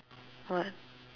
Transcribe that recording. what